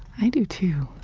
i do, too.